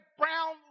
brown